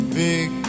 big